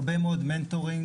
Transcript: הרבה מאוד מנטורינג.